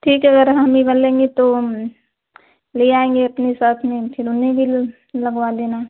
ठीक है अगर हम ही भर लेंगे तो ले आएँगे अपने साथ में फिर उन्हें भी लगवा देना